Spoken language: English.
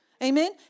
Amen